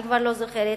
אני כבר לא זוכרת,